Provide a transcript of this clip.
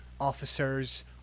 officers